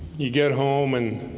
you get home and